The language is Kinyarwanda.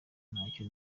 ntacyo